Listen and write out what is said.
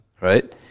right